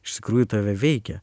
iš tikrųjų tave veikia